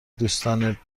دوستانه